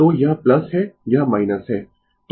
तो यह है यह है